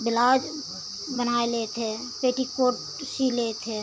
blouse बनाए ले थे पेटीकोट सिले थे